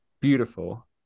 Beautiful